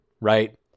right